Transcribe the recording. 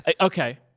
Okay